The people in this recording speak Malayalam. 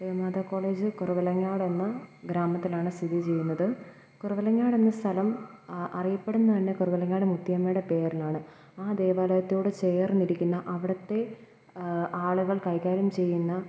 ദേവമാതാ കോളേജ് കുറവലങ്ങാടെന്ന ഗ്രാമത്തിലാണ് സ്ഥിതി ചെയ്യുന്നത് കുറവലങ്ങാടെന്ന സ്ഥലം അ അറിയപ്പെടുന്നതു തന്നെ കുറവലങ്ങാട് മുത്തിയമ്മയുടെ പേരിലാണ് ആ ദേവാലയത്തോടു ചേർന്നിരിക്കുന്ന അവിടുത്തെ ആളുകൾ കൈകാര്യം ചെയ്യുന്ന